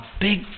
big